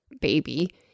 baby